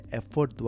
effort